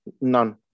None